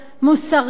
מוסרית,